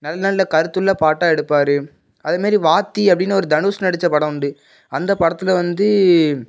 நல்ல நல்ல கருத்துள்ள பாட்டாக எடுப்பார் அதே மாரி வாத்தி அப்படினு ஒரு தனுஷ் நடித்த படம் உண்டு அந்த படத்தில் வந்து